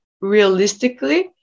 realistically